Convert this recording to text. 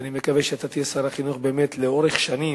אני מקווה שאתה תהיה שר החינוך לאורך שנים,